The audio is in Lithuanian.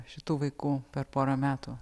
šitų vaikų per porą metų